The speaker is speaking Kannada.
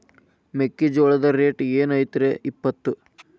ಮೆಕ್ಕಿಜೋಳ ರೇಟ್ ಏನ್ ಐತ್ರೇ ಇಪ್ಪತ್ತು?